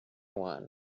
one